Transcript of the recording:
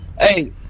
Hey